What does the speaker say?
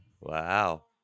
Wow